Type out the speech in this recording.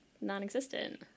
non-existent